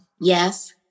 Yes